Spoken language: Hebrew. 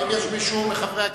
האם יש מישהו מחברי הכנסת?